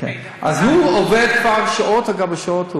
אז הוא עובד כבר שעות על גבי שעות,